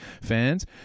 fans